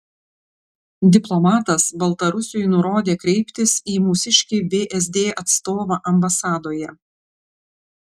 diplomatas baltarusiui nurodė kreiptis į mūsiškį vsd atstovą ambasadoje